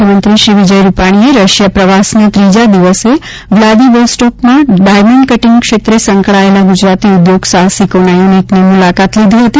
મુખ્યમંત્રી શ્રી વિજય રૂપાણીએ રશિયા પ્રવાસના ત્રીજા દિવસે વ્લાદીવોસ્ટોકમાં ડાયમન્ડ કર્ટીંગ ક્ષેત્રે સંકળાયેલા ગુજરાતી ઊદ્યોગ સાહસિકોના યુનિટસની મૂલાકાત લીધી હતી